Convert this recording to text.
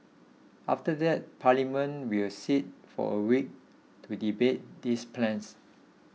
after that Parliament will sit for a week to debate these plans